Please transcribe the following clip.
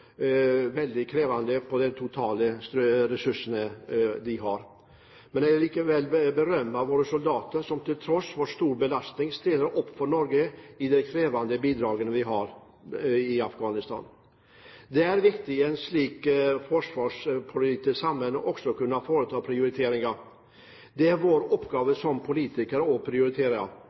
på Forsvarets totale ressurser. Jeg vil likevel berømme våre soldater som til tross for stor belastning, stiller opp for Norge i de krevende bidragene vi har i Afghanistan. Det er viktig i en slik forsvarspolitisk sammenheng også å kunne foreta prioriteringer. Det er vår oppgave som politikere